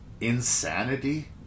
insanity